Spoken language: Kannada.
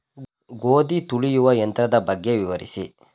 ಗೋಧಿ ತುಳಿಯುವ ಯಂತ್ರದ ಬಗ್ಗೆ ವಿವರಿಸಿ?